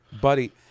Buddy